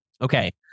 okay